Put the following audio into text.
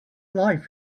life